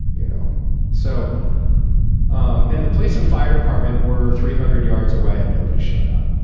you know so um and the police and fire department were three hundred yards away, and nobody showed up.